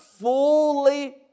fully